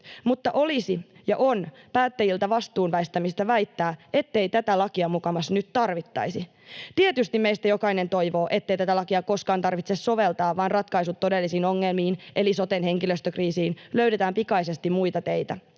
mutta olisi ja on päättäjiltä vastuun väistämistä väittää, ettei tätä lakia mukamas nyt tarvittaisi. Tietysti meistä jokainen toivoo, ettei tätä lakia koskaan tarvitse soveltaa, vaan ratkaisut todellisiin ongelmiin, eli soten henkilöstökriisiin, löydetään pikaisesti muita teitä,